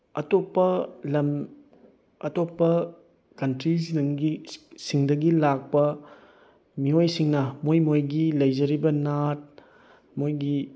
ꯑꯇꯣꯞꯄ ꯂꯝ ꯑꯇꯣꯞꯄ ꯀꯟꯇ꯭ꯔꯤꯁꯤꯗꯒꯤ ꯂꯥꯛꯄ ꯃꯤꯑꯣꯏꯁꯤꯡꯅ ꯃꯣꯏ ꯃꯣꯏꯒꯤ ꯂꯩꯖꯔꯤꯕ ꯅꯠ ꯃꯣꯏꯒꯤ